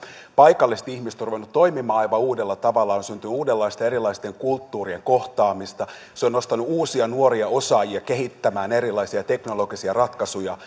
paikalliset ihmiset ovat ruvenneet toimimaan aivan uudella tavalla on syntynyt uudenlaista erilaisten kulttuurien kohtaamista se on nostanut uusia nuoria osaajia kehittämään erilaisia teknologisia ratkaisuja